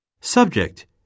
Subject